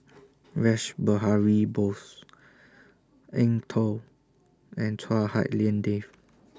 Rash Behari Bose Eng Tow and Chua Hak Lien Dave